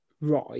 right